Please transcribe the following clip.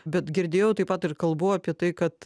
bet girdėjau taip pat ir kalbų apie tai kad